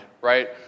right